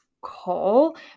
call